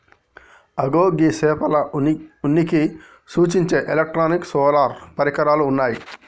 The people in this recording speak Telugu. అగో గీ సేపల ఉనికిని సూచించే ఎలక్ట్రానిక్ సోనార్ పరికరాలు ఉన్నయ్యి